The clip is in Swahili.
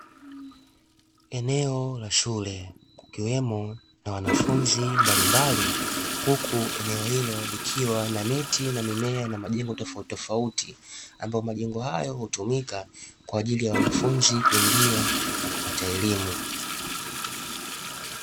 Eneo la shule kukiwemo na wanafunzi mbalimbali, huku eneo hilo likiwa na miti na mimea na majengo tofautitofauti, ambayo majengo hayo hutumika kwa ajili ya wanafunzi kuingia na kupata elimu.